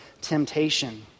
temptation